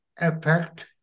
effect